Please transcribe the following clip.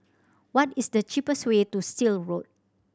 what is the cheapest way to Still Road